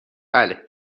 بله